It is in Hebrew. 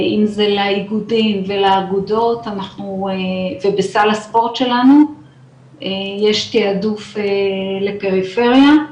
אם זה לאיגודים ולאגודות ובסל הספורט שלנו יש תעדוף לפריפריה,